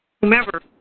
whomever